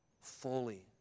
fully